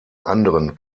anderen